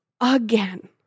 again